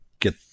get